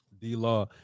D-Law